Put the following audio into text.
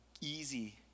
easy